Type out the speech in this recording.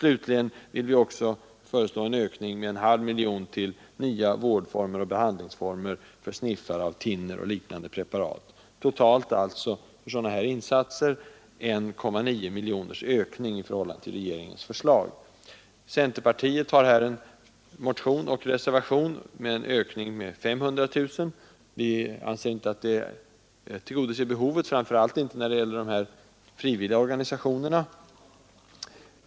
Slutligen vill vi också föreslå en ökning med en halv miljon för nya vårdoch behandlingsformer för sniffare av thinner och liknande preparat. Totalt begär vi alltså för sådana här insatser 1,9 miljoners ökning i förhållande till regeringens förslag, Centerpartiet har här i motion och reservation föreslagit en ökning med 500 000 kronor. Vi anser inte att det tillgodoser behovet, framför allt inte när det gäller de frivilliga organisationerna.